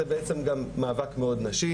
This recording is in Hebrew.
זה בעצם גם מאבק מאוד נשי,